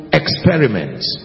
experiments